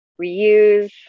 reuse